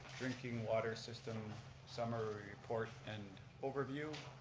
drinking water system summary report and overview.